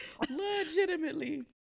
Legitimately